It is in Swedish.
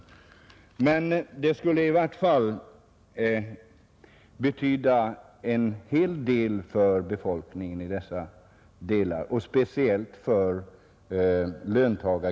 Men det skulle i vart fall betyda en hel del för befolkningen i de aktuella delarna av landet.